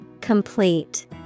Complete